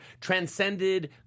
transcended